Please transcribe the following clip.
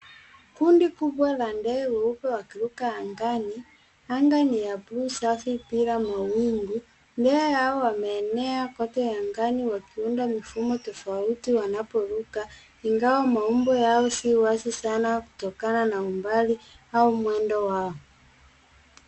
Kundi kubwa la ndege huku wakiruka angani, anga ni ya bluu safi pia mawingu. Ndege hawa wame enea kote angani waki unda mfumo tofauti wanapo ruka ingawa maumbo yao yasiyo wazi sana kutokana na umbali au mwendo wao.